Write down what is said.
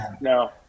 no